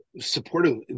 Supportive